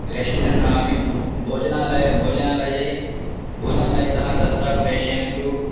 restaurant किं भोजनालयं भोजनालये भोजनालयतः तत्र प्रेषयन्तु